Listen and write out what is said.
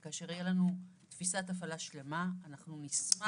כאשר תהיה לנו תפיסת הפעלה שלמה אנחנו נשמח להציג אותה.